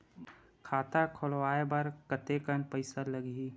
खाता खुलवाय बर कतेकन पईसा लगही?